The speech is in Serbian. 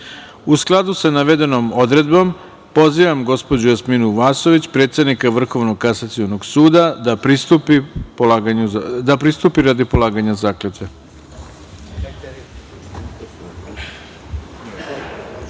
skladu sa navedenom odredbom pozivam gospođu Jasminu Vasović, predsednika Vrhovnog kasacionog suda da pristupi radi polaganja